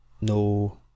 no